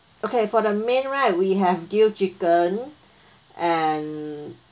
okay for the main right we have grill chicken and